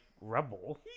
rebel